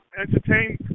entertain